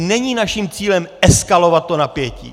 Není přece naším cílem eskalovat napětí.